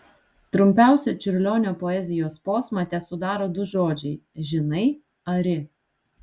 trumpiausią čiurlionio poezijos posmą tesudaro du žodžiai žinai ari